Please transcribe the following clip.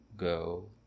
Go